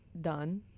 done